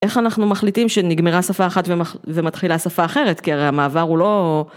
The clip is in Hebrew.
איך אנחנו מחליטים שנגמרה שפה אחת ומתחילה שפה אחרת, כי הרי המעבר הוא לא...